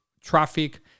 traffic